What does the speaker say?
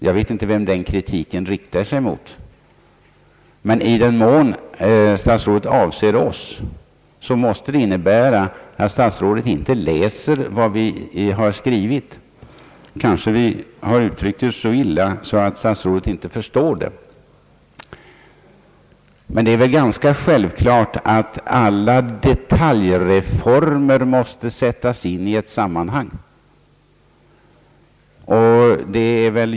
Jag vet inte vem den kritiken riktar sig mot, men i den mån statsrådet avser oss måste det innebära att han inte läst vad vi skrivit. Kanske vi har uttryckt oss så illa att statsrådet inte förstår vad vi menar. Men det är väl ganska självklart att alla detaljreformer måste sättas in i ett sammanhang.